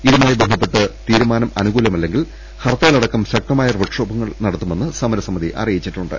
ഇതുമായി ബന്ധ പ്പെട്ട് തീരുമാനം അനുകൂലമല്ലെങ്കിൽ ഹർത്താലടക്കം ശക്തമായ പ്രക്ഷോഭങ്ങൾ നടത്തുമെന്ന് സമരസമിതി അറിയിച്ചിട്ടുണ്ട്